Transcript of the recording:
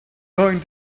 going